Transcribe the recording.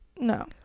no